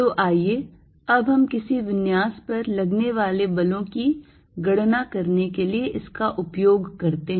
तो आइए अब किसी विन्यास पर लगने वाले बलों की गणना करने के लिए इसका उपयोग करते हैं